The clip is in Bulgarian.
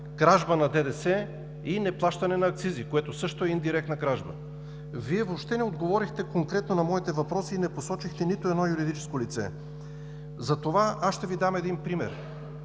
кражба на ДДС и неплащане на акцизи, което също е индиректна кражба. Вие въобще не отговорихте конкретно на моите въпроси и не посочихте нито едно юридическо лице. Затова ще Ви дам един пример.